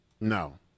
No